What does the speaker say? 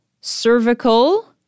cervical